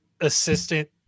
assistant